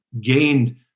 gained